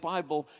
Bible